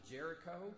Jericho